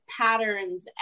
patterns